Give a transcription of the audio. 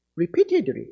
Repeatedly